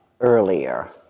earlier